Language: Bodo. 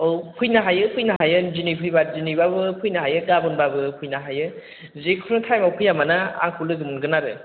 औ फैनो हायो फैनो हायो दिनै फैब्ला दिनैब्लाबो फैनो हायो गाबोनब्लाबो फैनो हायो जेखुनु टाइमाव फैया मानो आंखौ लोगो मोनगोन आरो